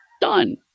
Done